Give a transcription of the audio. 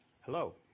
Hello